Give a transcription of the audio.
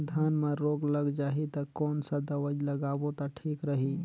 धान म रोग लग जाही ता कोन सा दवाई लगाबो ता ठीक रही?